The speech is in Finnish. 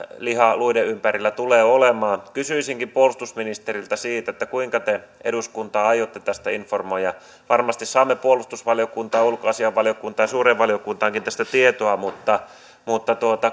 liha luiden ympärillä tulee olemaan kysyisinkin puolustusministeriltä siitä kuinka te eduskuntaa aiotte tästä informoida varmasti saamme puolustusvaliokuntaan ulkoasiainvaliokuntaan ja suureen valiokuntaankin tästä tietoa mutta mutta